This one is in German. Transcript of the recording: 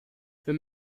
für